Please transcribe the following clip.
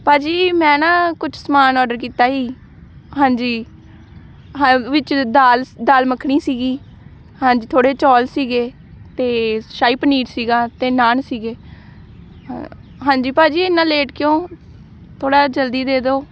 ਭਾਅ ਜੀ ਮੈਂ ਨਾ ਕੁਛ ਸਮਾਨ ਔਡਰ ਕੀਤਾ ਸੀ ਹਾਂਜੀ ਹਾਂ ਵਿੱਚ ਦਾਲ ਦਾਲ ਮੱਖਣੀ ਸੀਗੀ ਹਾਂਜੀ ਥੋੜ੍ਹੇ ਚੋਲ ਸੀਗੇ ਅਤੇ ਸ਼ਾਹੀ ਪਨੀਰ ਸੀਗਾ ਅਤੇ ਨਾਨ ਸੀਗੇ ਹਾਂ ਹਾਂਜੀ ਭਾਅ ਜੀ ਇੰਨਾਂ ਲੇਟ ਕਿਉਂ ਥੋੜ੍ਹਾ ਜਲਦੀ ਦੇ ਦਿਓ